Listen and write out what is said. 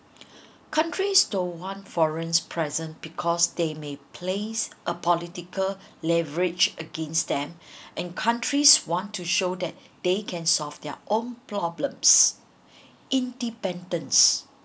countries don't want foreign present because they may plays a political leverage against them and countries want to show that they can solve their own problems independence